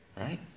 right